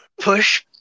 push